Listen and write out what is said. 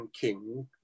king